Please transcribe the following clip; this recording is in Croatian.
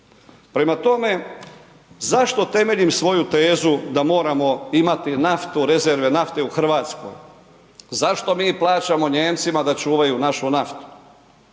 Prema tome, zašto temeljim svoju tezu da moramo imati naftu, rezerve nafte u Hrvatskoj, zašto mi plaćamo Nijemcima da čuvaju našu naftu?